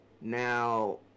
Now